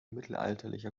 mittelalterlicher